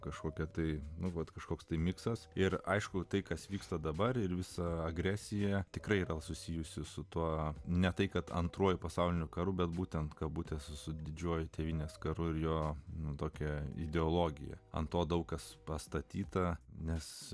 kažkokia tai nuolat kažkoks tai miksas ir aišku tai kas vyksta dabar ir visa agresija tikrai yra susijusi su tuo ne tai kad antruoju pasauliniu karu bet būtent kabutes su didžiuoju tėvynės karu ir jo nutuokia ideologija ant to daug kas pastatyta nes